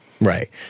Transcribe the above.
Right